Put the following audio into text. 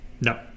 No